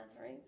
right